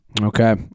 Okay